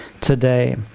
today